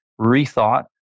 rethought